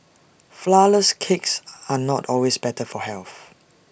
Flourless Cakes are not always better for health